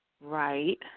Right